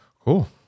Cool